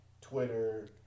twitter